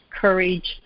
courage